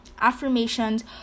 affirmations